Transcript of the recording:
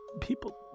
People